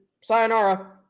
sayonara